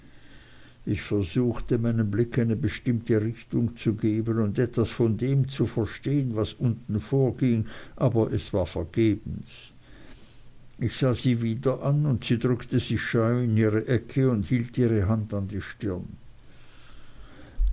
ich versuchte meinem blick eine bestimmte richtung zu geben und etwas von dem zu verstehen was unten vorging aber es war vergebens ich sah sie wieder an und sie drückte sich scheu in ihre ecke und hielt ihre hand an die stirn